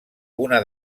una